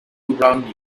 wronged